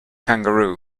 kangaroo